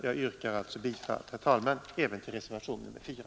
Jag yrkar alltså bifall även till reservationen 4.